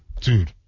dude